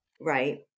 Right